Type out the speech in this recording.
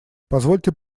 позвольте